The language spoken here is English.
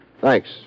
Thanks